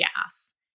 gas